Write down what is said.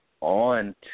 on